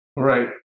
right